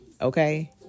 Okay